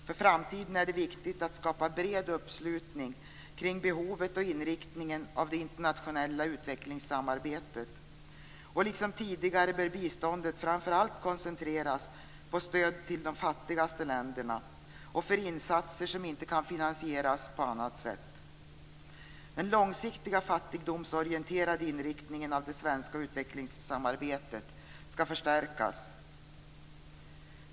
För framtiden är det viktigt att skapa bred uppslutning kring behovet och inriktningen av det internationella utvecklingssamarbetet, och liksom tidigare bör biståndet framför allt koncentreras på stöd till de fattigaste länderna och på insatser som inte kan finansieras på annat sätt. Den långsiktiga fattigdomsorienterade inriktningen av det svenska utvecklingssamarbetet skall förstärkas.